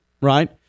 right